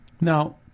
Now